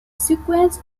sequence